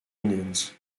indians